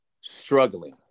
struggling